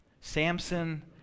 Samson